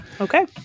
Okay